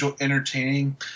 entertaining